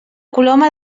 coloma